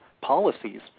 policies